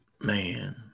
Man